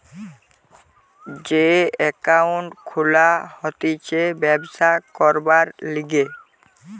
যে একাউন্ট খুলা হতিছে ব্যবসা করবার লিগে